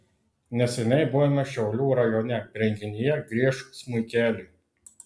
neseniai buvome šiaulių rajone renginyje griežk smuikeli